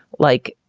like,